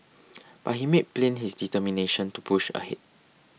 but he made plain his determination to push ahead